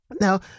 Now